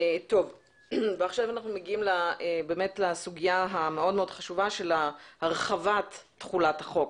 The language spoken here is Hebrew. עכשיו אנחנו מגיעים לסוגיה החשובה מאוד של הרחבת תחולת החוק,